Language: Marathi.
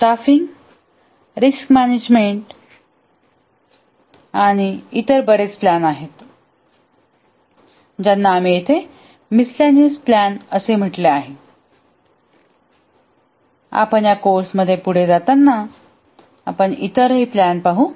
स्टाफिंग रिस्क मॅनेजमेंट आणि इतर बरेच प्लॅन आहेत ज्यांना आम्ही येथे मिसलॅनिअसं प्लॅन म्हटले आहे आपण या कोर्समध्ये पुढे जाताना आम्ही इतर प्लॅन पाहू